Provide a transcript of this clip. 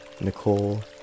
Nicole